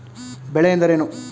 ಬೆಳೆ ಎಂದರೇನು?